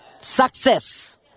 Success